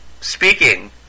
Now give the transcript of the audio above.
Speaking